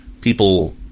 people